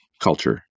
culture